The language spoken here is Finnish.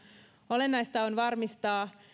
olennaista on varmistaa